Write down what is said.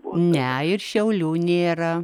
ne ir šiaulių nėra